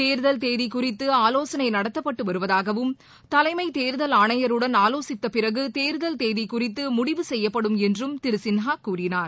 தேர்தல் தேதி குறித்து ஆலோசனை நடத்தப்பட்டு வருவதாகவும் தலைமை தேர்தல் ஆணையருடன் ஆலோசித்த பிறகு தேர்தல் தேதி குறித்து முடிவு செய்யப்படும் என்றும் திரு சின்ஹா கூறினார்